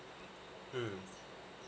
mm